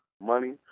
Money